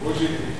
בוז'י, תתפטר.